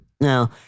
Now